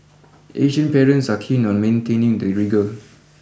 Asian parents are keen on maintaining the rigour